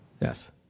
Yes